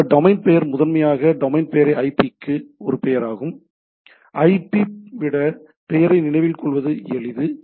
அந்த டொமைன் தீர்மானம் முதன்மையாக டொமைன் பெயரை ஐபிக்கு ஒரு பெயராகும் மேலும் ஐபி விட பெயரை நினைவில் கொள்வது எளிது